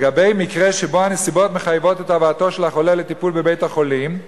לגבי מקרה שבו הנסיבות מחייבות את הבאתו של החולה לטיפול בבית-החולים,